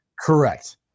Correct